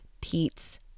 Pete's